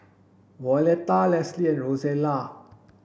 Violetta Leslie and Rosella